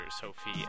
Sophie